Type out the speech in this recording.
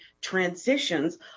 transitions